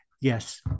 yes